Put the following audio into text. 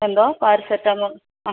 എന്തോ പാരസെറ്റാമോൾ അ